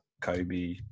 Kobe